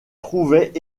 trouvait